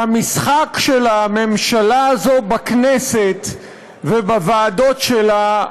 המשחק של הממשלה הזאת בכנסת ובוועדות שלה,